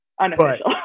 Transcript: unofficial